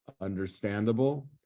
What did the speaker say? understandable